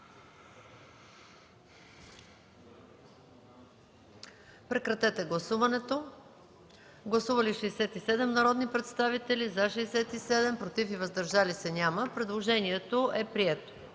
който става § 22. Гласували 66 народни представители: за 66, против и въздържали се няма. Предложението е прието.